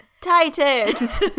titans